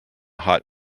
hot